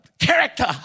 character